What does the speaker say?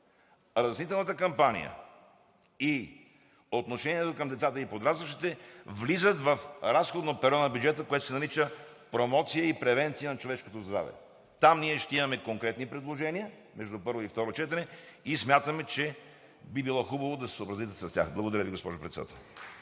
разяснителната кампания и отношението към децата и подрастващите, влизат в разходно перо на бюджета, което се нарича „промоция и превенция на човешкото здраве“. Ще имаме конкретни предложения между първото и второто четене и смятаме, че би било хубаво да се съобразите с тях. Благодаря Ви, госпожо Председател.